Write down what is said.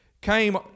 came